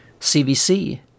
CVC